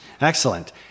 Excellent